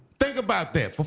think about that.